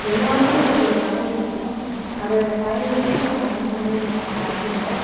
எல்லோருக்கும் ஒரு ஒரு கலை இருக்கும் அதை பயன்படுத்தி அவங்க வந்து முன்னேறுவாங்க வாழ்க்கையில்